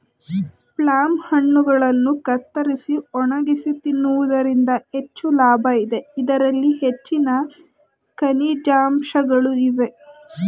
plum ಹಣ್ಣುಗಳನ್ನು ಕತ್ತರಿಸಿ ಒಣಗಿಸಿ ತಿನ್ನುವುದರಿಂದ ಹೆಚ್ಚು ಲಾಭ ಇದೆ, ಇದರಲ್ಲಿ ಹೆಚ್ಚಿನ ಖನಿಜಾಂಶಗಳು ಇವೆ